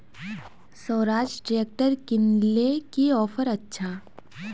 Swaraj tractor किनले की offer अच्छा?